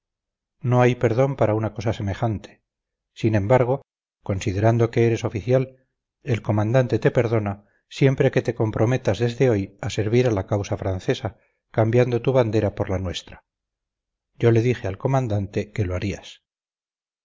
no hay perdón para una cosa semejante sin embargo considerando que eres oficial el comandante te perdona siempre que te comprometas desde hoy a servir a la causa francesa cambiando tu bandera por la nuestra yo le dije al comandante que lo harías